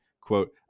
Quote